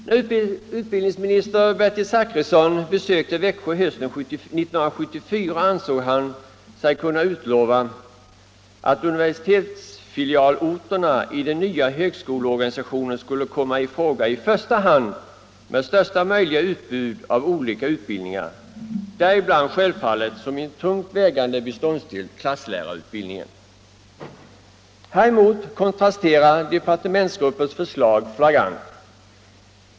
När utbildningsministern Bertil Zachrisson besökte Växjö hösten 1974 ansåg han sig kunna utlova, att universitetsfilialorterna i den nya högskoleorganisationen skulle komma i fråga i första hand med största möjliga utbud av olika utbildningar, däribland självfallet som en tungt vägande beståndsdel klasslärarutbildning. Häremot kontrasterar departementsgruppens förslag flagrant.